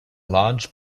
large